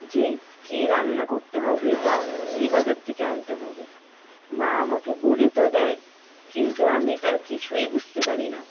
যে কি রান্না করতে হবে বা কি বাজার থেকে আনতে হবে মা আমাকে বলে তো দেয় কিন্তু আমি তার কিছুই বুঝতে পারি না